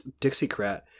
Dixiecrat